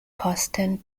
posten